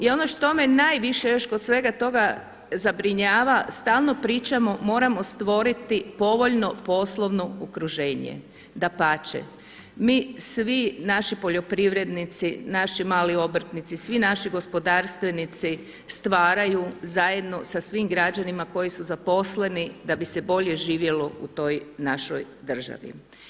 I ono što me najviše kod svega toga zabrinjava, stalno pričamo moramo stvoriti povoljno poslovno okruženje, dapače, mi svi naši poljoprivrednici, naši mali obrtnici, svi naši gospodarstvenici stvaraju zajedno sa svim građanima koji su zaposleni da bi se bolje živjelo u toj našoj državi.